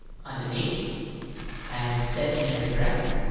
underneath and set in an address.